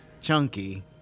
chunky